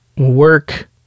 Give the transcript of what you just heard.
Work